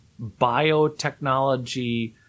biotechnology